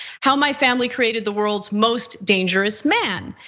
how my family created the world's most dangerous man.